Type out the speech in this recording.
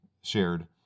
shared